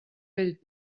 bell